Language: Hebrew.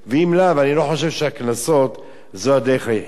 אם לא, אני לא בטוח שהקנסות הם הדרך היחידה.